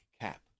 cap